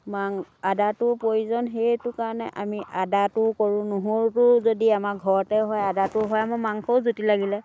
আদাটো প্ৰায়োজন সেইটো কাৰণে আমি আদাটোও কৰোঁ নহৰুটোও যদি আমাৰ ঘৰতে হয় আদাটোও হয় আমাৰ মাংসও জুতি লাগিলে